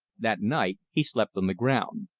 that night he slept on the ground.